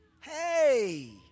Hey